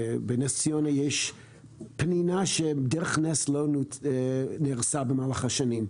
בנס ציונה יש פנינה שדרך נס לא נהרסה במהלך השנים.